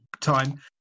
time